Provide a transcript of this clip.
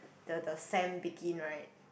the the sem begin right